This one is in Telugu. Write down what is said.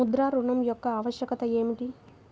ముద్ర ఋణం యొక్క ఆవశ్యకత ఏమిటీ?